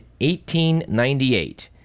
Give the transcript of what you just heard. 1898